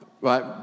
right